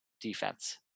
defense